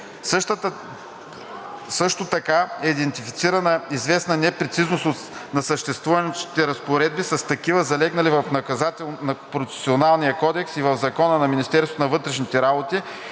Също така е идентифицирана известна непрецизност на съществуващите разпоредби с такива, залегнали в Наказателно процесуалния кодекс и в Закона за Министерството на вътрешните работи,